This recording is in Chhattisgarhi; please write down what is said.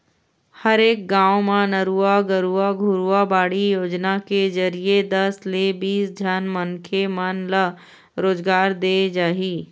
हरेक गाँव म नरूवा, गरूवा, घुरूवा, बाड़ी योजना के जरिए दस ले बीस झन मनखे मन ल रोजगार देय जाही